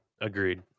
Agreed